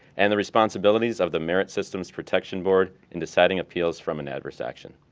and the responsibilities of the merit systems protection board in deciding appeals from an adverse action.